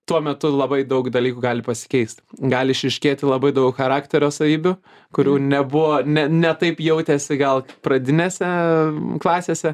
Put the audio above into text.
tuo metu labai daug dalykų gali pasikeist gali išryškėti labai daug charakterio savybių kurių nebuvo ne ne taip jautėsi gal pradinėse klasėse